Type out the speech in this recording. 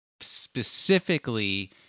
specifically